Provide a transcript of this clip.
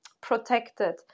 protected